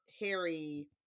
Harry